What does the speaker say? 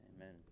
Amen